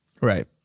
Right